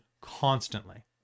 constantly